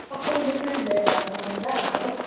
പത്തനംതിട്ടയും